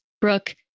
Brooke